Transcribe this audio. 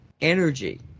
energy